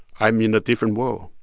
i'm in a different world